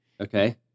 Okay